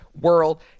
world